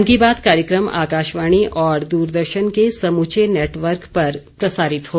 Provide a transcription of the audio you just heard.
मन की बात कार्यक्रम आकाशवाणी और दूरदर्शन के समूचे नैटवर्क पर प्रसारित होगा